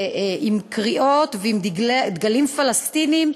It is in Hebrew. עם קריאות ועם דגלים פלסטיניים,